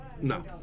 No